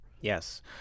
Yes